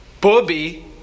Bobby